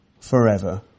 forever